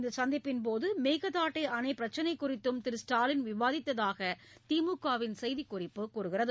இந்த சந்திப்பின் போது மேகதாது அணைப் பிரச்சினைக் குறித்தும் திரு ஸ்டாலின் விவாதித்ததாக திமுகவின் செய்திக் குறிப்பு தெரிவிக்கிறது